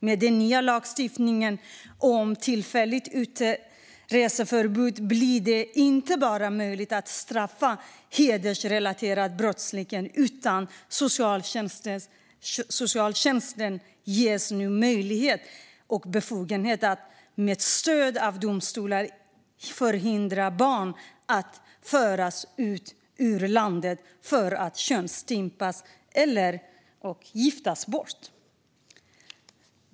Med den nya lagstiftningen om tillfälligt utreseförbud blir det inte bara möjligt att straffa hedersrelaterad brottslighet, utan socialtjänsten ges också befogenhet att med stöd av domstolar hindra barn att föras ut ur landet för att könsstympas eller giftas bort.